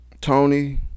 Tony